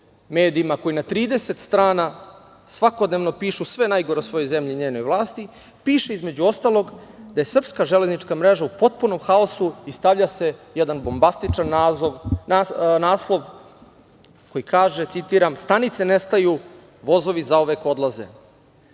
medijima koji na 30 strana svakodnevno piše sve najgore o svojoj zemlji i njenoj vlasti, piše između ostalog da je srpska železnička mreža u potpunom haosu i stavlja se jedan bombastičan naslov, koji kaže „Stanice nestaju, vozovi zauvek odlaze“.